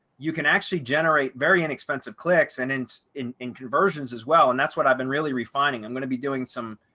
you can actually generate very inexpensive clicks, and it's in in conversions as well. and that's what i've been really refining, i'm going to be doing some